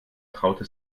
traute